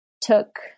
took